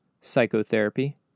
Psychotherapy